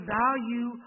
value